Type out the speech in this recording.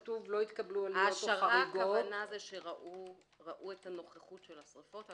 העשרה הכוונה שראו את הנוכחות של השריפות.